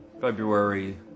February